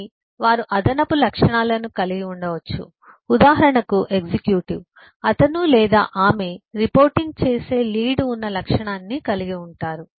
కానీ వారు అదనపు లక్షణాలను కలిగి ఉండవచ్చ ఉదాహరణకు ఎగ్జిక్యూటివ్ అతను లేదా ఆమె రిపోర్టింగ్ చేసే లీడ్ ఉన్న లక్షణాన్ని కలిగి ఉంటారు